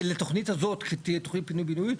ולתוכנית הזאת שתהיה תוכנית פינוי בינוי,